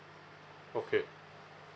okay